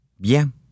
Bien